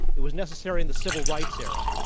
it was necessary in the civil rights era,